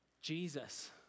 Jesus